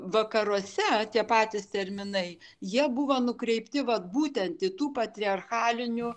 vakaruose tie patys terminai jie buvo nukreipti vat būtent į tų patriarchalinių